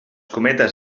cometes